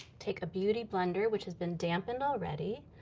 take a beauty blender, which has been dampened already,